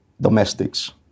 Domestics